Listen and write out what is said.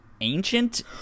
ancient